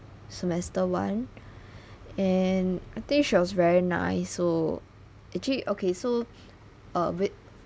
semester one and I think she was very nice so actually okay so uh wait